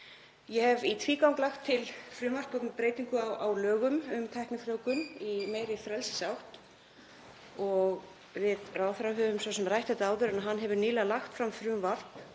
Ég hef í tvígang lagt fram frumvarp um breytingu á lögum um tæknifrjóvgun í meira í frelsisátt og við ráðherra höfum svo sem rætt þetta áður, en hann hefur nýlega lagt fram frumvarp